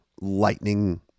lightning